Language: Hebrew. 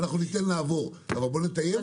אנחנו ניתן להם לעבור אבל בואו נטייב אותם.